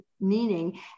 meaning